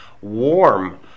warm